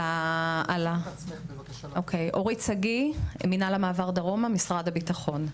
אורית שגיא, ממינהל המעבר דרומה במשרד הביטחון.